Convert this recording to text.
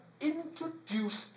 introduced